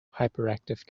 hyperactive